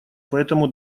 поэтому